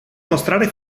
mostrare